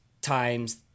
times